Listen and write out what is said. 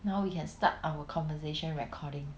now we can start our conversation recording